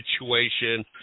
situation